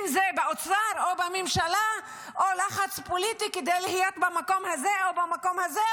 אם זה באוצר או בממשלה או לחץ פוליטי כדי להיות במקום הזה או במקום הזה,